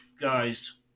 guys